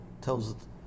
tells